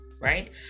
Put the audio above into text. Right